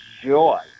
joy